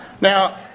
now